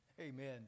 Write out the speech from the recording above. Amen